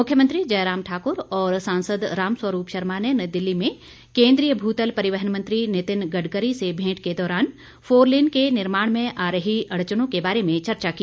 मुख्यमंत्री जयराम ठाकुर और सांसद रामस्वरूप शर्मा ने नई दिल्ली में केन्द्रीय भूतल परिवहन मंत्री नितिन गडकरी से भेंट के दौरान फोरलेन के निर्माण में आ रही अड़चनों के बारे में चर्चा की